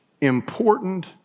important